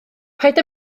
paid